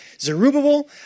Zerubbabel